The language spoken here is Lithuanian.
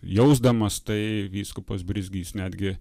jausdamas tai vyskupas brizgys netgi